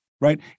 right